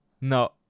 No